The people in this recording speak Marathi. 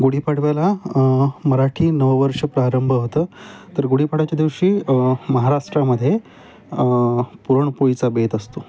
गुढीपाडवायला मराठी नऊ वर्ष प्रारंभ होतं तर गुढीपडायच्या दिवशी महाराष्ट्रामध्ये पुरणपोळीचा बेत असतो